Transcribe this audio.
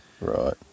Right